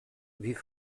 wie